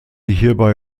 hierbei